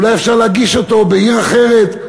אולי אפשר להגיש אותו בעיר אחרת?